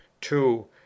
two